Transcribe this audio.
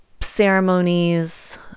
ceremonies